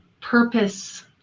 Purpose